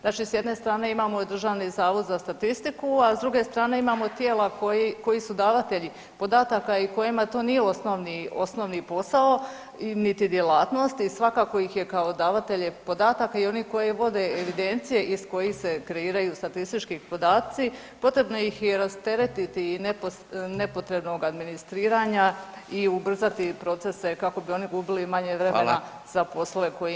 Znači s jedne strane imamo Državni zavod za statistiku, a s druge strane imamo tijela koji, koji su davatelji podataka i kojima to nije osnovni, osnovni posao, niti djelatnost i svakako ih je kao davatelje podataka i oni koji vode evidencije iz kojih se kreiraju statistički podaci potrebno ih je rasteretiti i nepotrebnog administriranja i ubrzati procese kako bi oni gubili manje vremena [[Upadica: Hvala]] za poslove koji, hvala.